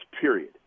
period